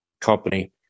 company